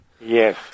Yes